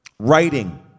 Writing